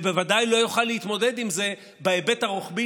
ובוודאי לא יוכל להתמודד עם זה בהיבט הרוחבי